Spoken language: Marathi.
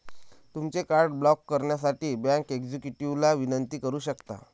तुमचे कार्ड ब्लॉक करण्यासाठी बँक एक्झिक्युटिव्हला विनंती करू शकता